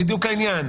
זה בדיוק העניין.